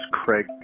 Craig